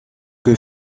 que